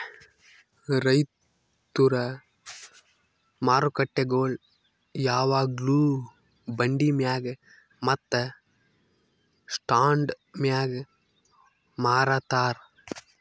ರೈತುರ್ ಮಾರುಕಟ್ಟೆಗೊಳ್ ಯಾವಾಗ್ಲೂ ಬಂಡಿ ಮ್ಯಾಗ್ ಮತ್ತ ಸ್ಟಾಂಡ್ ಮ್ಯಾಗ್ ಮಾರತಾರ್